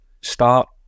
start